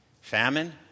Famine